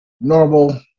normal